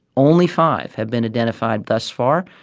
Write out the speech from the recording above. only five have been identified thus far,